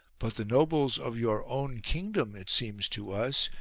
but the nobles of your own kingdom, it seems to us,